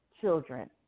children